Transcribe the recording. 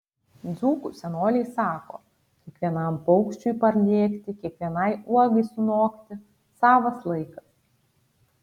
dzūkų senoliai sako kiekvienam paukščiui parlėkti kiekvienai uogai sunokti savas laikas